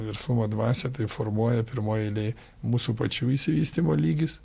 verslumo dvasią tai formuoja pirmoj eilėj mūsų pačių išsivystymo lygis